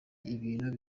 ibintu